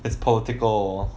it's political